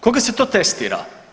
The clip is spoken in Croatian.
Koga se to testira?